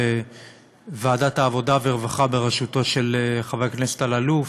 לוועדת העבודה והרווחה בראשותו של חבר הכנסת אלאלוף,